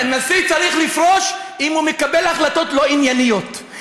נשיא צריך לפרוש אם הוא מקבל החלטות לא ענייניות.